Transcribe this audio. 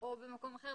או במקום אחר.